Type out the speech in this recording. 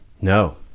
No